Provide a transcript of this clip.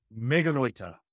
meganoita